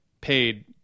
paid